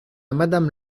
madame